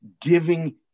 giving